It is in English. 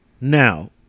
Now